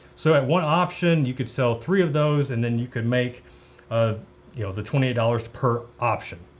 so at one option, you could sell three of those, and then you could make ah you know the twenty eight dollars per option.